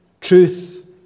truth